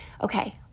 okay